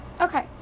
okay